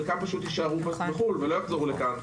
חלקם יישארו בחו"ל ולא יחזרו לכאן.